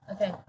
Okay